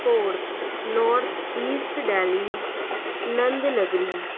fourth north east Delhi Nand Nagri